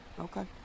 Okay